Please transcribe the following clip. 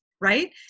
right